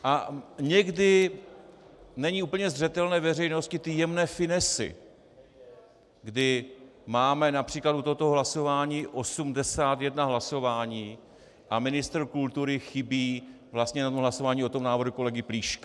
A někdy nejsou úplně zřetelné veřejnosti ty jemné finesy, kdy máme například u tohoto hlasování 81 hlasování a ministr kultury chybí vlastně na hlasování o návrhu kolegy Plíška.